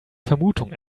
vermutung